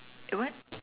what